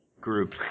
group